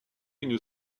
une